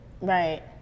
Right